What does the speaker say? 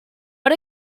but